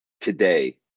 today